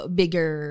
bigger